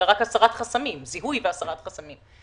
אלא רק זיהוי והסרת חסמים.